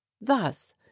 thus